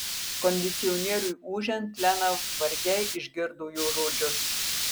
kondicionieriui ūžiant lena vargiai išgirdo jo žodžius